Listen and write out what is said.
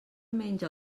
menja